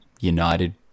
United